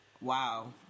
wow